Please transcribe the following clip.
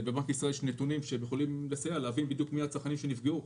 בבנק ישראל יש נתונים שיכולים לסייע כדי להבין מי בדיוק הצרכנים שנפגעו